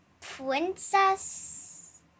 princess